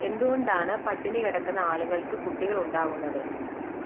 എന്തുകൊണ്ടാണ് പട്ടിണി കിടക്കുന്ന ആളുകൾക്ക് കുട്ടികൾ ഉണ്ടാകുന്നത്